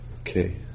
Okay